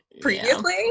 previously